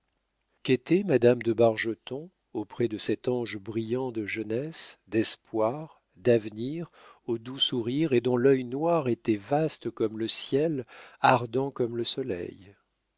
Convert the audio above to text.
qu'était madame de bargeton auprès de cet ange brillant de jeunesse d'espoir d'avenir au doux sourire et dont l'œil noir était vaste comme le ciel ardent comme le soleil